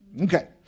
Okay